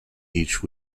each